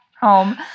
home